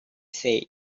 said